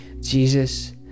Jesus